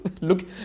Look